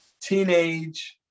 teenage